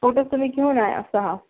photo तुम्ही घेऊन या सहा